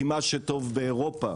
כי מה שטוב באירופה